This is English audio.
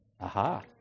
Aha